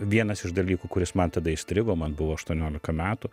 vienas iš dalykų kuris man tada įstrigo man buvo aštuoniolika metų